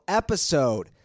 episode